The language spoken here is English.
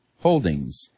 Holdings